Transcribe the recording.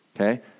Okay